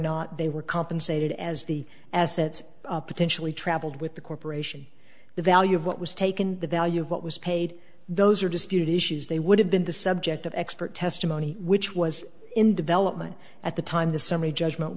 not they were compensated as the as that potentially travelled with the corporation the value of what was taken the value of what was paid those are disputed issues they would have been the subject of expert testimony which was in development at the time the summary judgment